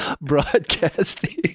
broadcasting